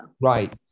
right